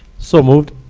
so moved.